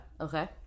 okay